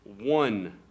one